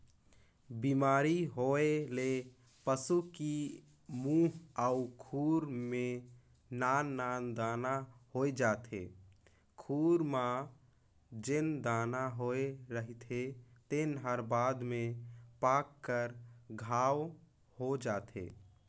बेमारी होए ले पसू की मूंह अउ खूर में नान नान दाना होय जाथे, खूर म जेन दाना होए रहिथे तेन हर बाद में पाक कर घांव हो जाथे